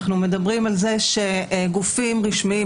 אנחנו מדברים על זה שגופים רשמיים,